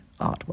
artwork